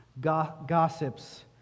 gossips